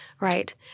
right